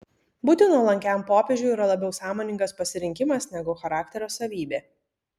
būti nuolankiam popiežiui yra labiau sąmoningas pasirinkimas negu charakterio savybė